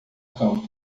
campo